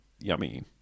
yummy